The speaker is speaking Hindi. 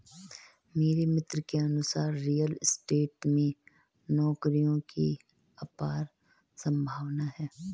मेरे मित्र के अनुसार रियल स्टेट में नौकरियों की अपार संभावना है